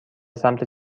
سمت